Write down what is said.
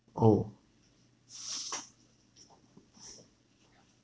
oh